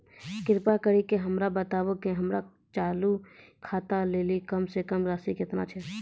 कृपा करि के हमरा बताबो जे हमरो चालू खाता लेली कम से कम राशि केतना छै?